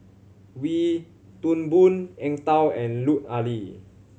Wee Toon Boon Eng Tow and Lut Ali